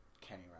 Kenny